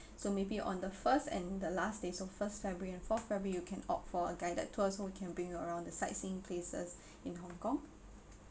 so maybe on the first and the last day so first february and fourth february you can opt for a guided tour so we can bring you around the sightseeing places in hong-kong